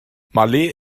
malé